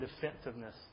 defensiveness